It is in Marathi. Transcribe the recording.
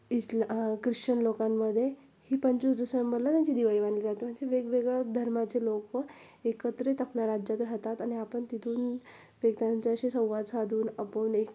इस्ला ख्रिश्चन लोकांमध्ये ही पंचवीस डिसेंबरला त्यांची दिवाळी मानली जाते म्हणजे वेगवेगळ्या धर्माचे लोक एकत्रित आपल्या राज्यात राहतात आणि आपण तिथून वेग त्यांच्याशी संवाद साधून आपण एक